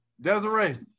Desiree